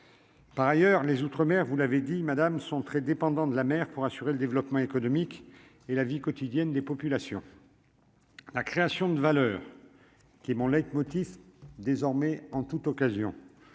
Par ailleurs, les vous l'avez dit madame sont très dépendants de la mer pour assurer le développement économique et la vie quotidienne des populations. La création de valeur qui mon leitmotiv désormais en toute occasion